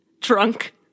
Drunk